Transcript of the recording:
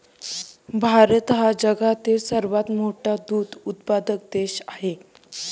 भारत हा जगातील सर्वात मोठा दूध उत्पादक देश आहे